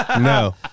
No